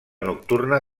nocturna